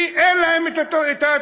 כי אין להם את ההטבות,